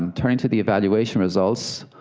um turning to the evaluation results,